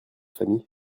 famille